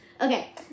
Okay